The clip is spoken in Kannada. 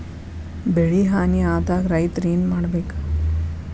ಬೆಳಿ ಹಾನಿ ಆದಾಗ ರೈತ್ರ ಏನ್ ಮಾಡ್ಬೇಕ್?